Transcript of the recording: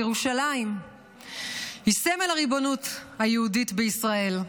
ירושלים היא סמל הריבונות היהודית בישראל,